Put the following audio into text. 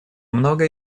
многое